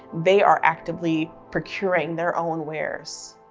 they are actively procuring their own wares.